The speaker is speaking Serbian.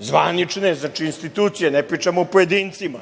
zvanične. Znači, institucije, ne pričam o pojedincima,